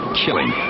killing